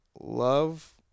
love